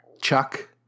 Chuck